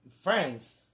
friends